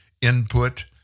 input